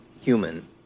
human